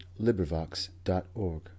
LibriVox.org